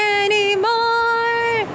anymore